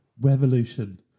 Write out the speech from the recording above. revolution